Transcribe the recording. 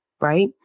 Right